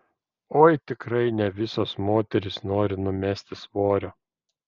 oi tikrai ne visos moterys nori numesti svorio